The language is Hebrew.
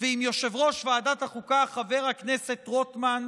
ועם יושב-ראש ועדת החוקה חבר הכנסת רוטמן,